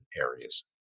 areas